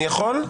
אני יכול?